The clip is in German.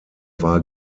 war